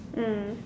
mm